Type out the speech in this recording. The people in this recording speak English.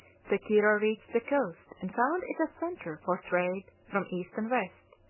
sequira reached the coast and found it a centre for trade from east and west,